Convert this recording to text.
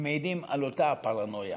הם מעידים על אותה הפרנויה,